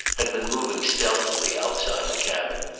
had been moving stealthily outside the cabin,